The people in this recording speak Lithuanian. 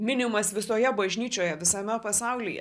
minimas visoje bažnyčioje visame pasaulyje